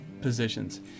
positions